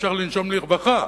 שאפשר לנשום לרווחה.